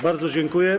Bardzo dziękuję.